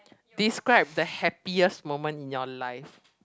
describe the happiest moment in your life